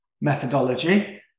methodology